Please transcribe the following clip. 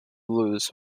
blues